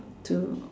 to